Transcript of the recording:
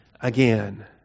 again